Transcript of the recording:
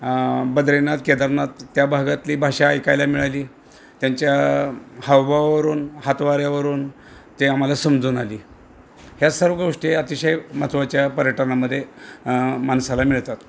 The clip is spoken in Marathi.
बद्रीनाथ केदारनाथ त्या भागातली भाषा ऐकायला मिळाली त्यांच्या हावभावावरून हातवाऱ्यावरून ते आम्हाला समजवून आली ह्या सर्व गोष्टी अतिशय महत्त्वाच्या पर्यटनामध्ये माणसाला मिळतात